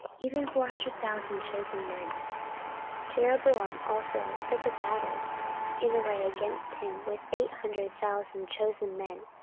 even four hundred thousand chosen men jeroboam also set the battle in array against him with eight hundred thousand chosen men,